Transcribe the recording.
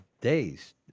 days